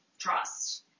trust